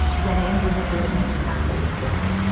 that andrew had written the prescriptions